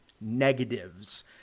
negatives